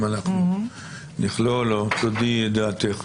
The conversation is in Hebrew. אם נכלול או תודיעי את דעתך.